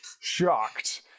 shocked